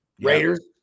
Raiders